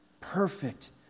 perfect